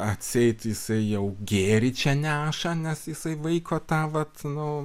atseit jisai jau gėrį čia neša nes jisai vaiko tą vat nu